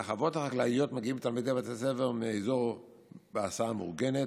אל החוות החקלאיות מגיעים תלמידי בתי הספר מהאזור בהסעה מאורגנת,